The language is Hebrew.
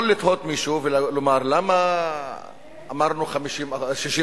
יכול לתהות מישהו ולומר: למה אמרנו 60%?